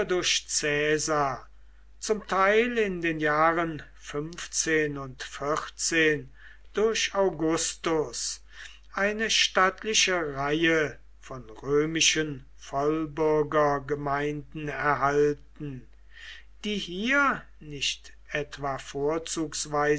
zum teil in den jahren und durch augustur eine stattliche reihe von römischen vollbürgergemeinden erhalten die hier nicht etwa